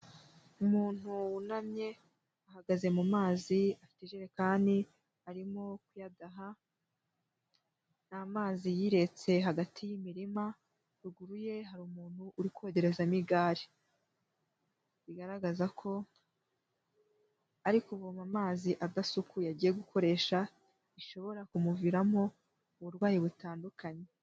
Umuntu wunamye ahagaze mu mazi afite ijerekani arimo kuyadaha, ni amazi yiretse hagati y'imirima ruguru ye hari umuntu uri kogerezamo igari. Bigaragaza ko ari kuvoma amazi adasukuye agiye gukoresha bishobora kumuviramo uburwayi butandukanye.